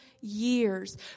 years